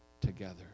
together